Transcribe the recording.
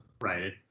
right